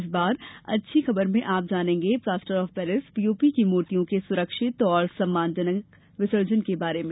इस बार अच्छी खबर में आप जानेंगे प्लाटर ऑफ पेरिस पीओपी की मूर्तियों के सुरक्षित और सम्मानजनक विसर्जन के बारे में